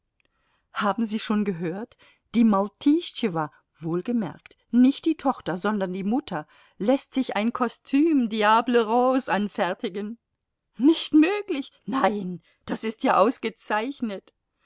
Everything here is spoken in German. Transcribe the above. haben sie schon gehört die maltischtschewa wohlgemerkt nicht die tochter sondern die mutter läßt sich ein kostüm diable rose anfertigen nicht möglich nein das ist ja ausgezeichnet